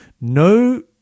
no